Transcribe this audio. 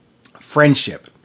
friendship